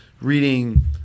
reading